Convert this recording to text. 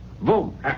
Boom